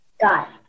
got